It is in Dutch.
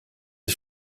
het